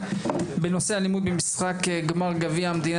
על סדר-היום: האלימות בגמר גביע המדינה